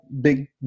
big